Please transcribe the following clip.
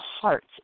Hearts